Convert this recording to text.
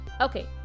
Okay